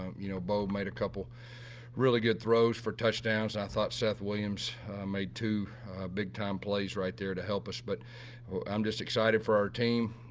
um you know, bo made a couple really good throws four touchdowns. i thought seth williams made two big time plays right there to help us. but i'm just excited for our team.